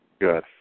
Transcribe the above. Good